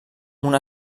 una